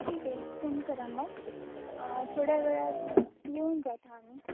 ठीक आहे सेंड करा मग थोड्या वेळात येऊन जाता आम्ही